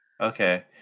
Okay